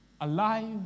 Alive